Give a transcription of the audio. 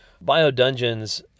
Bio-Dungeons